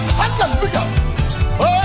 hallelujah